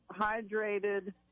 hydrated